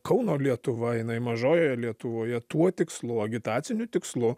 kauno lietuva jinai mažojoje lietuvoje tuo tikslu agitaciniu tikslu